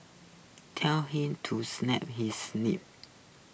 tell him to snap his lip